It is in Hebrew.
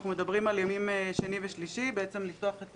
אנחנו מדברים על ימים שני ושלישי, לפתוח את